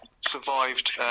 survived